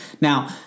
Now